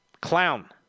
Clown